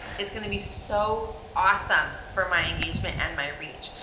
it's gonna be so awesome for my engagement and my reach.